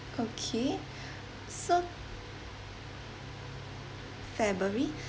okay so february